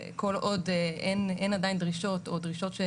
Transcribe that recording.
וכל עוד אין עדיין דרישות או דרישות,